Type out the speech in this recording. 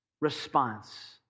response